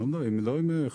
אני לא מדבר עם חוה.